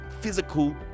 physical